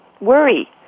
worry